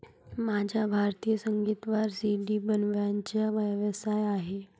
माझा भारतीय संगीतावर सी.डी बनवण्याचा व्यवसाय आहे